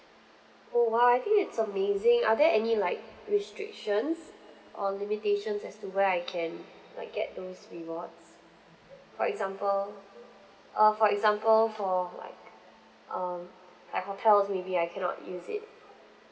oh !wah! I think it's amazing are there any like restrictions or limitations as to where I can like get those rewards for example uh for example for like um like hotels maybe I cannot use it